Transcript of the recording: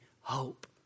hope